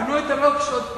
הם קנו את הלוקש עוד פעם.